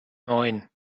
neun